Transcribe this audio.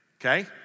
okay